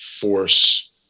force